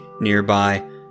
nearby